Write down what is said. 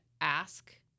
ask